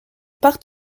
partent